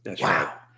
Wow